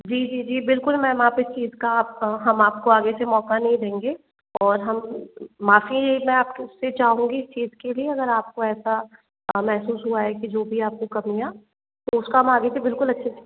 जी जी जी बिल्कुल मैम आप इस चीज़ का आप हम आपको आगे से मौका नहीं देंगे और हम माफ़ी मैं आपको उससे चाहूंगी इस चीज़ के लिए अगर आपको ऐसा महसूस हुआ है कि जो भी आपको कमियाँ तो उसका हम आगे से बिल्कुल अच्छे से